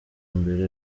mbere